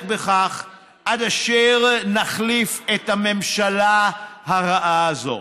בכך עד אשר נחליף את הממשלה הרעה הזאת.